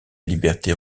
liberté